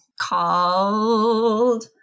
called